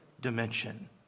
Dimension